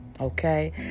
Okay